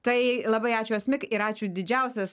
tai labai ačiū asmik ir ačiū didžiausias